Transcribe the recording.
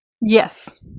Yes